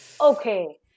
okay